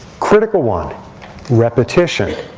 critical one repetition,